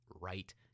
right